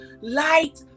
light